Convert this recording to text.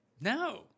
No